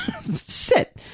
sit